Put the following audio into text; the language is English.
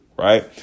Right